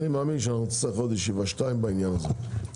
אני מאמין שנצטרך עוד ישיבה או שתיים בעניין הזה.